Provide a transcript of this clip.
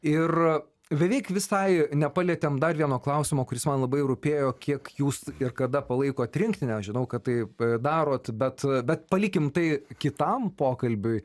ir beveik visai nepalietėm dar vieno klausimo kuris man labai rūpėjo kiek jūs ir kada palaikot rinktinę žinau kad taip darot bet bet palikim tai kitam pokalbiui